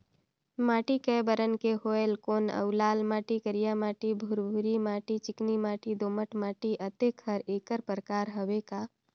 माटी कये बरन के होयल कौन अउ लाल माटी, करिया माटी, भुरभुरी माटी, चिकनी माटी, दोमट माटी, अतेक हर एकर प्रकार हवे का?